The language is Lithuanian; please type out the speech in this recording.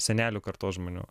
senelių kartos žmonių